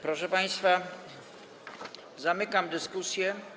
Proszę państwa, zamykam dyskusję.